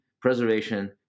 preservation